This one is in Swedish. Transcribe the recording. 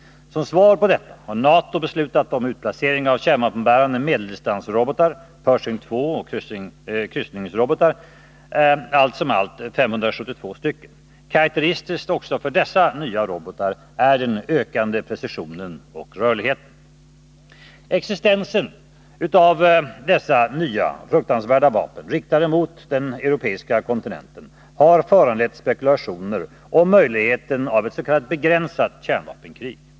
Som svar på detta har NATO beslutat om utplacering av kärnvapenbärande medeldistansrobotar, Pershing II och kryssningsrobotar, allt som allt 572 stycken. Karakteristiskt också för dessa nya robotar är den ökande precisionen och rörligheten. Existensen av dessa nya fruktansvärda vapen, riktade mot den europeiska kontinenten, har föranlett spekulationer om möjligheten av ett s.k. begränsat kärnvapenkrig.